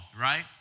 Right